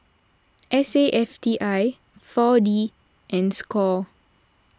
S A F T I four D and Score